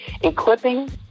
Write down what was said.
equipping